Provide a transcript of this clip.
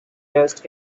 dust